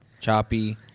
choppy